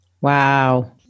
Wow